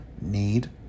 need